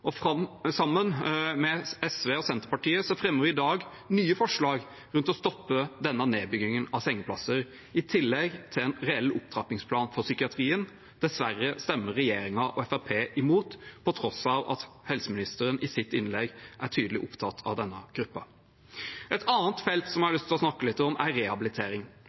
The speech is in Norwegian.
Og sammen med SV og Senterpartiet fremmer vi i dag nye forslag rundt å stoppe denne nedbyggingen av sengeplasser, i tillegg til en reell opptrappingsplan for psykiatrien. Dessverre stemmer regjeringen og Fremskrittspartiet imot, på tross av at helseministeren i sitt innlegg er tydelig opptatt av denne gruppen. Et annet felt som jeg har lyst til å snakke litt om, er rehabilitering.